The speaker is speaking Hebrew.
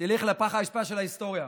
תלך לפח האשפה של ההיסטוריה